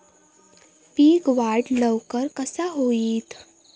पीक वाढ लवकर कसा होईत?